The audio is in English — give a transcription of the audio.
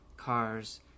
cars